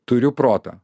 turiu protą